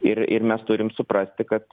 ir ir mes turim suprasti kad